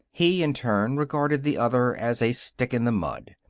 he, in turn, regarded the other as a stick-in-the-mud.